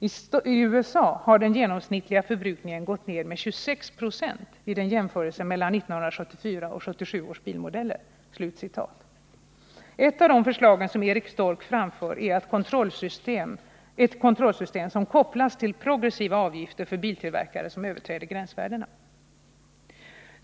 I USA har den genomsnittliga förbrukningen gått ned med 26 20 vid en jämförelse mellan 1974 och 1977 års bilmodeller.” Ett av de förslag Eric Stork framför är ett kontrollsystem som kopplas till progressiva avgifter för biltillverkare som överträder gränsvärdena.